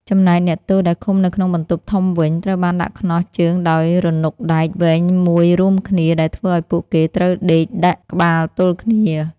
ចំណែកអ្នកទោសដែលឃុំនៅក្នុងបន្ទប់ធំវិញ ត្រូវបានដាក់ខ្នោះជើងដោយរនុកដែកវែងមួយរួមគ្នា ដែលធ្វើឱ្យពួកគេត្រូវដេកដាក់ក្បាលទល់គ្នា។